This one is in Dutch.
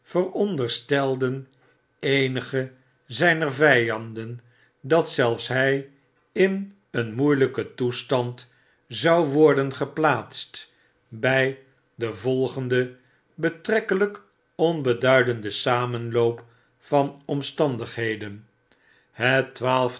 veronderstelden eenige zijner vjjanden dat zelfs bij in een moeiiyken toestand zou worden geplaatst by de volgende betrekkelgk onbeduidende samenloop van omstandigheden het twaalftal